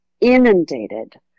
inundated